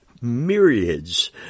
myriads